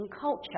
culture